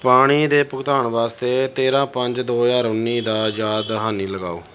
ਪਾਣੀ ਦੇ ਭੁਗਤਾਨ ਵਾਸਤੇ ਤੇਰ੍ਹਾਂ ਪੰਜ ਦੋ ਹਜ਼ਾਰ ਉੱਨੀ ਦਾ ਯਾਦ ਦਹਾਨੀ ਲਗਾਓ